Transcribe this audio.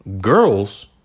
girls